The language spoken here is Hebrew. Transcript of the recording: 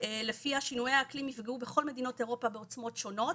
לפיה שינויי האקלים יפגעו בכל מדינות אירופה בעוצמות שונות.